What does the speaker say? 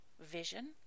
Vision